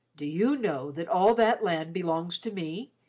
do you know that all that land belongs to me?